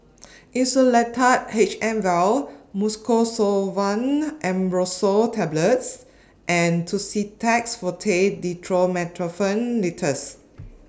Insulatard H M Vial Mucosolvan Ambroxol Tablets and Tussidex Forte Dextromethorphan Linctus